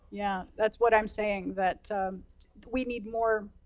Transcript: yeah. that's what i'm saying, that we need more,